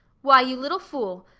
why, you little fool!